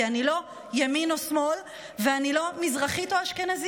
כי אני לא ימין או שמאל ואני לא מזרחית או אשכנזייה.